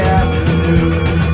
afternoon